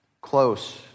close